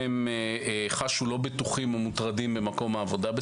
שעשינו שהם חשו לא בטוחים או מוטרדים במקום העבודה.